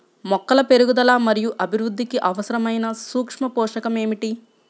మొక్కల పెరుగుదల మరియు అభివృద్ధికి అవసరమైన సూక్ష్మ పోషకం ఏమిటి?